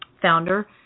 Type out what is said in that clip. founder